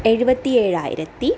എഴുപത്തി ഏഴായിരത്തി